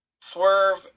Swerve